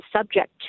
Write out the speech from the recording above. subject